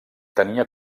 tenia